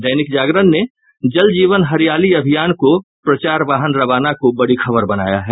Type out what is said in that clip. दैनिक जागरण ने जल जीवन हरियाली अभियान को प्रचार वाहन रवाना को बड़ी खबर बनाया है